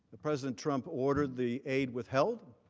the president trump ordered the aid withheld.